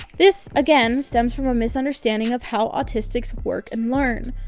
this again, stems from a misunderstanding of how autistics work and learn.